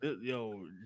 Yo